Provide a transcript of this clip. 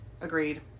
Agreed